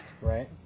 Right